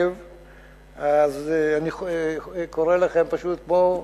אז אני קורא לכם פשוט: בואו,